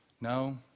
No